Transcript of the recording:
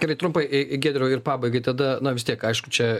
gerai trumpai giedriau ir pabaigai tada na vis tiek aišku čia